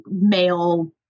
male